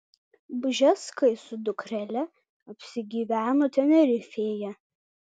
bžeskai su dukrele apsigyveno tenerifėje